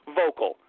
vocal